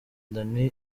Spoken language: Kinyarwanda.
danny